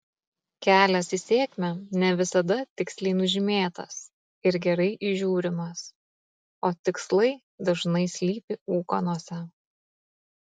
kelias į sėkmę ne visada tiksliai nužymėtas ir gerai įžiūrimas o tikslai dažnai slypi ūkanose